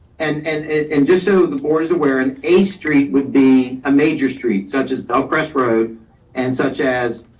and and and just so the board is aware, an eighth street would be a major street, such as bellcrest road and such as